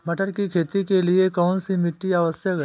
मटर की खेती के लिए कौन सी मिट्टी आवश्यक है?